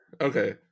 okay